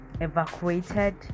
evacuated